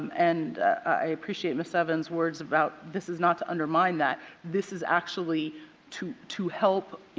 and i appreciate ms. evans' words about this is not to undermine that. this is actually to to help